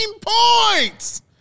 points